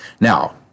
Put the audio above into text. Now